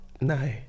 No